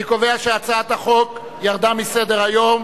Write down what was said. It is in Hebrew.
אני קובע שהצעת החוק ירדה מסדר-היום.